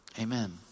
amen